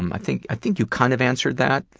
um i think i think you kind of answered that.